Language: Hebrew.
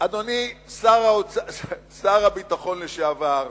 אדוני שר הביטחון לשעבר